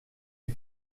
est